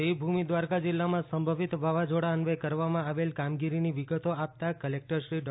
દેવભૂમિ દ્વારકા જિલ્લામાં સંભવિત વાવાઝોડા અન્વયે કરવામાં આવેલ કામગીરીની વિગતો આપતા કલેકટરશ્રી ડો